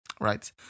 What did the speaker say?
Right